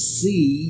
see